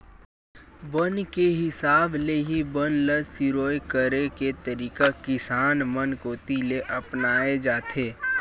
बन के हिसाब ले ही बन ल सिरोय करे के तरीका किसान मन कोती ले अपनाए जाथे